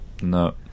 No